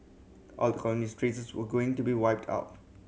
all the colonial traces were going to be wiped out